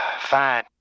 Fine